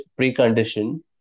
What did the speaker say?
precondition